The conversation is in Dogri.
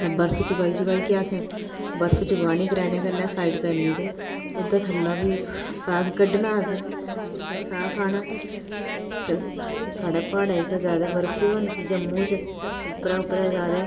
ते बर्फ चकाई चकाइयै असें बर्फ चकानी क्रैने कन्नै कन्नै साइड करनी ते ओह्दे थल्ला बी सा साग कड्डना असें ते साग खाना साढ़ै प्हाड़ें च ते ज्यादा बर्फ गै होंदी जम्मू च उप्परैं उप्परैं ज्यादा